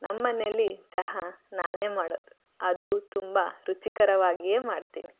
ನಮ್ಮ ಮನೇಲಿ ಚಹಾ ನಾನೇ ಮಾಡೋದು ಅದೂ ತುಂಬ ರುಚಿಕರವಾಗಿಯೇ ಮಾಡ್ತೀನಿ